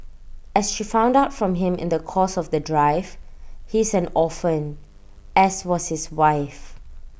as she found out from him in the course of the drive he is an orphan as was his wife